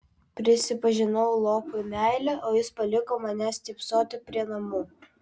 prisipažinau lopui meilę o jis paliko mane stypsoti prie namų